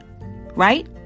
Right